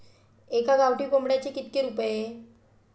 एका गावठी कोंबड्याचे कितके रुपये?